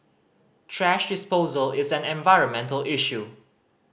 thrash disposal is an environmental issue